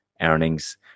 earnings